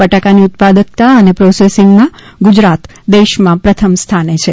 બટાકાની ઉત્પાદકતા અને પોસેસિંગમાં ગુજરાત દેશમાં પ્રથમ સ્થાને છે